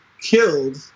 killed